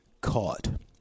caught